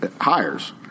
hires